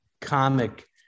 comic